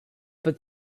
but